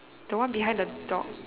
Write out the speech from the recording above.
the one behind the dog